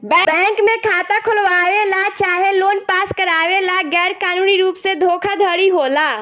bank में खाता खोलवावे ला चाहे लोन पास करावे ला गैर कानूनी रुप से धोखाधड़ी होला